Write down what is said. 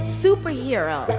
superhero